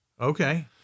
Okay